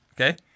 Okay